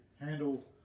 handle